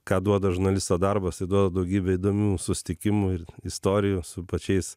ką duoda žurnalisto darbas tai duoda daugybę įdomių susitikimų ir istorijų su pačiais